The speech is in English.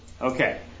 Okay